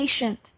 patient